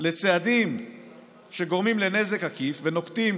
לצעדים שגורמים לנזק עקיף ונוקטים